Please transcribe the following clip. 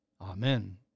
Amen